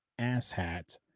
asshat